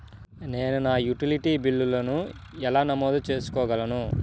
నేను నా యుటిలిటీ బిల్లులను ఎలా నమోదు చేసుకోగలను?